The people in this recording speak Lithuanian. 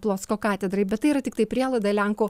plocko katedrai bet tai yra tiktai prielaida lenkų